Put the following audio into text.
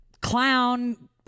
clown